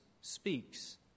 speaks